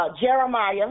Jeremiah